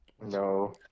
No